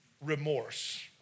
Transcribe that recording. remorse